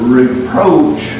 reproach